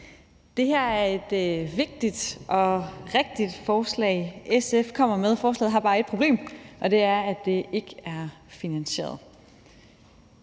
Det er et vigtigt og rigtigt forslag, som SF kommer med. Forslaget har bare et problem, og det er, at det ikke er finansieret.